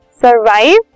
survive